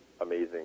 amazing